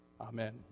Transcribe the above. Amen